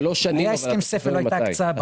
היה הסכם סייף ולא הייתה הקצאה בפועל,